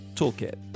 Toolkit